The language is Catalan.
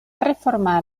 reformar